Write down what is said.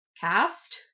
cast